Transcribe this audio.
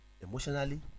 emotionally